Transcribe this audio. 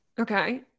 Okay